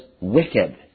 wicked